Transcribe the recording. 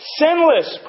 sinless